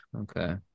okay